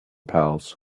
pals